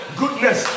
goodness